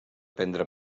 prendre